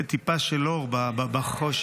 טיפה של אור בחושך.